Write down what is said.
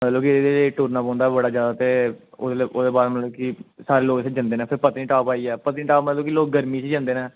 मतलब की एह्दे ई टुरना पौंदा बड़ा जादा ते ओह्दे बाद मतलब कि सारे लोग उत्थें जंदे न फिर पत्नीटॉप आइयां पत्नीटाप मतलब कि लोग गर्मी च जंदे न